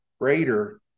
Greater